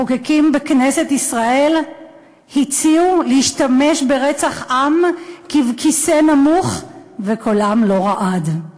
מחוקקים בכנסת ישראל הציעו להשתמש ברצח עם כבכיסא נמוך וקולם לא רעד.